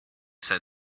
said